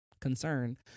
concern